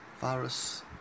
Virus